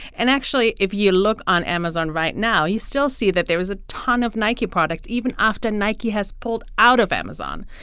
and actually, if you look on amazon right now, you still see that there is a ton of nike product even after nike has pulled out of amazon.